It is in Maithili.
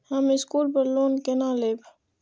हम स्कूल पर लोन केना लैब?